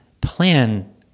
plan